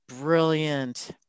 brilliant